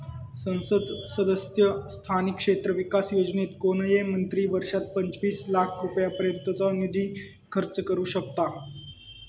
संसद सदस्य स्थानिक क्षेत्र विकास योजनेत कोणय मंत्री वर्षात पंचवीस लाख रुपयांपर्यंतचो निधी खर्च करू शकतां